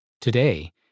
Today